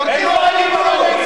זורקים אבנים על חיילי צה"ל.